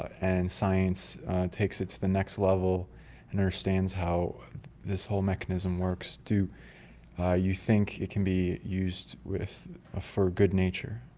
and science takes it to the next level and understands how this whole mechanism works, do ah you think it can be used ah for good nature?